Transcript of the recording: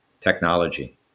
technology